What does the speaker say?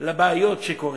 על הבעיות, על מה שקורה,